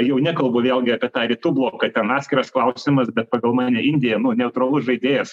jau nekalbu vėlgi apie tą rytų bloką ten atskiras klausimas bet pagal mane indija nu neutralus žaidėjas